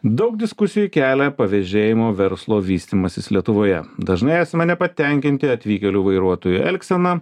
daug diskusijų kelia pavežėjimo verslo vystymasis lietuvoje dažnai esame nepatenkinti atvykėlių vairuotojų elgsena